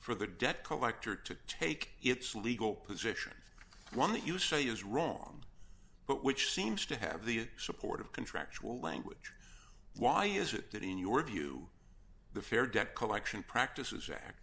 for the debt collector to take its legal position one that you say is wrong but which seems to have the support of contractual language why is it that in your view the fair debt collection practices